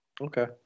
Okay